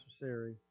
necessary